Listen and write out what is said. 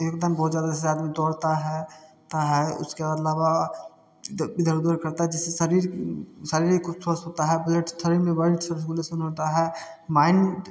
एकदम बहुत ज़्यादा से ज़्यादा आदमी दौड़ता है ता है उसके अलावा इधर उधर करता है जिससे शरीर शारीरिक ऊ स्वस्थ होता है ब्लड शरीर में ब्लड सर्कुलेसन होता है माइंड